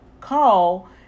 call